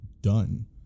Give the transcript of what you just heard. done